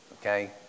okay